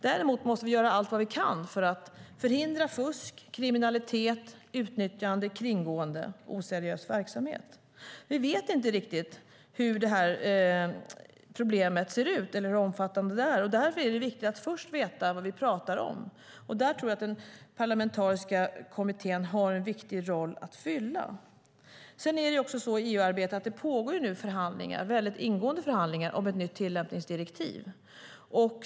Däremot måste vi göra allt vi kan för att förhindra fusk, kriminalitet, utnyttjande, kringgående och oseriös verksamhet. Vi vet inte riktigt hur det här problemet ser ut eller hur omfattande det är. Därför är det viktigt att först veta vad vi pratar om. Där tror jag att den parlamentariska kommittén har en viktig roll att fylla. I EU-arbetet pågår nu förhandlingar om ett nytt tillämpningsdirektiv.